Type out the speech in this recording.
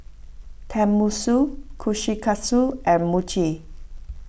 Tenmusu Kushikatsu and Mochi